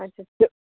अच्छा अच्छा